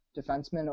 defenseman